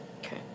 Okay